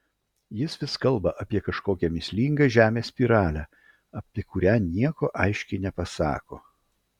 jis vis kalba apie kažkokią mįslingą žemės spiralę apie kurią nieko aiškiai nepasako